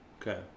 Okay